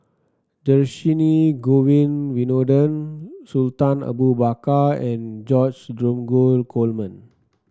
Dhershini Govin Winodan Sultan Abu Bakar and George Dromgold Coleman